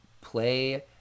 play